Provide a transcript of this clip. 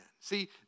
See